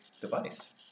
device